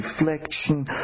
reflection